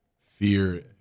fear